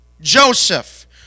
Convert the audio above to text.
Joseph